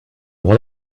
what